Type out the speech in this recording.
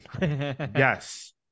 Yes